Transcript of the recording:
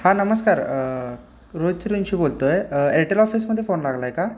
हा नमस्कार रोहित सुर्यवंशी बोलतो आहे एअरटेल ऑफिसमध्ये फोन लागला आहे का